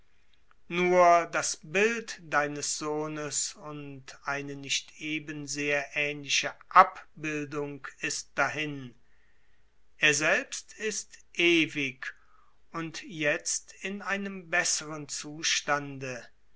nur das bild deines sohnes und eine nicht eben sehr ähnliche abbildung ist dahin er selbst ist ewig und jetzt in einem besseren zustande